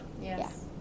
Yes